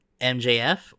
MJF